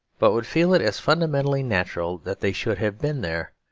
but would feel it as fundamentally natural that they should have been there,